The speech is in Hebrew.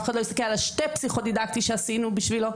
אף אחד לא יסתכל על שני אבחונים פסיכודידקטיים שעשינו בשבילו,